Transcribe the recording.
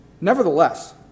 Nevertheless